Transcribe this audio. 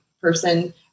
person